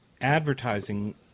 advertising